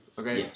Okay